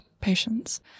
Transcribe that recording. patients